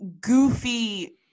goofy